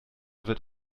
wird